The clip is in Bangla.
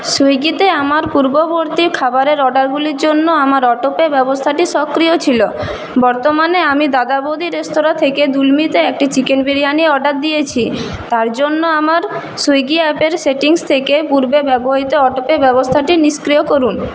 সুইগিতে আমার পূর্ববর্তী খাবারের অর্ডারগুলির জন্য আমার অটোপে ব্যবস্থাটি সক্রিয় ছিল বর্তমানে আমি দাদা বৌদির রেস্তোরা থেকে দুলমিতে একটি চিকেন বিরিয়ানি অর্ডার দিয়েছি তার জন্য আমার সুইগি অ্যাপের সেটিংস থেকে পূর্বে ব্যবহৃত অটোপে ব্যবস্থাটি নিস্ক্রিয় করুন